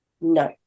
No